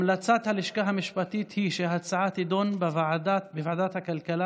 המלצת הלשכה המשפטית היא שההצעה תידון בוועדת הכלכלה.